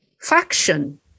faction